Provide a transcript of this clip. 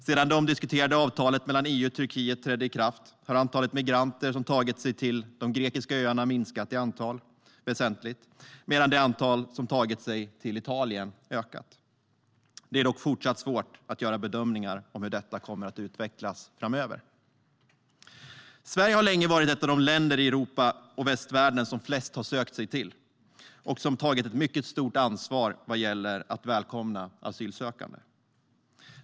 Sedan det omdiskuterade avtalet mellan EU och Turkiet trädde i kraft har antalet migranter som tar sig till de grekiska öarna minskat väsentligt, medan det antal som tar sig till Italien ökat. Det är dock fortsatt svårt att göra bedömningar om hur detta kommer att utvecklas framöver. Sverige har länge varit ett av de länder i Europa och västvärlden som flest har sökt sig till och som har tagit ett mycket stort ansvar vad gäller att välkomna asylsökande.